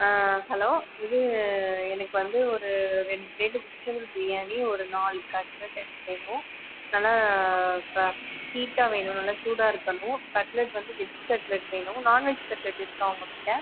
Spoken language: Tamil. ஹலோ இது எனக்கு வந்து ஒரு ரெண்டு பிளேட் வெஜிடபிள் பிரியாணி ஒரு நாலு கட்லட் எனக்கு வேணும் நல்லா ஹீட்டாக வேணும் நல்லா சூடாக இருக்கணும் கட்லட் வந்து வெஜ் கட்லட் வேணும் நான்வெஜ் கட்லட் இருக்கா உங்கள்கிட்ட